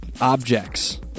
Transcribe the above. objects